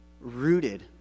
rooted